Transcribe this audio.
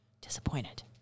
disappointed